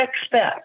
expect